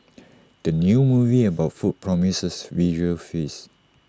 the new movie about food promises visual feast